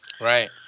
right